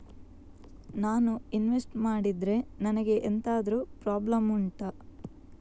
ನಾನು ಇನ್ವೆಸ್ಟ್ ಮಾಡಿದ್ರೆ ನನಗೆ ಎಂತಾದ್ರು ಪ್ರಾಬ್ಲಮ್ ಉಂಟಾ